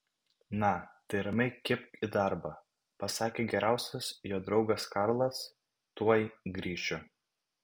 na tai ramiai kibk į darbą pasakė geriausias jo draugas karlas tuoj grįšiu